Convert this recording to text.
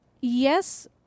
Yes